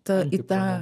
ta į tą